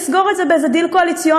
נסגור את זה באיזה דיל קואליציוני,